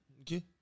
Okay